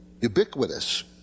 ubiquitous